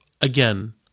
again